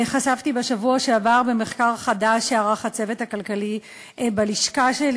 חשפתי בשבוע שעבר במחקר חדש שערך הצוות הכלכלי בלשכה שלי.